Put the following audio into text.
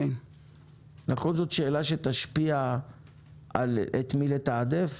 נכון שזאת שאלה שתשפיע את מי לתעדף?